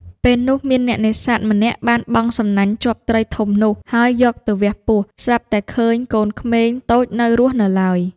ពេលនោះ មានអ្នកនេសាទម្នាក់បានបង់សំណាញ់ជាប់ត្រីធំនោះ ហើយយកទៅវះពោះ ស្រាប់តែឃើញកូនក្មេងតូចនៅរស់នៅឡើយ។